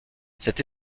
cette